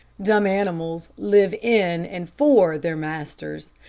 dumb animals live in and for their masters.